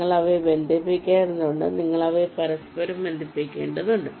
നിങ്ങൾ അവയെ ബന്ധിപ്പിക്കേണ്ടതുണ്ട് നിങ്ങൾ അവയെ പരസ്പരം ബന്ധിപ്പിക്കേണ്ടതുണ്ട്